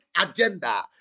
agenda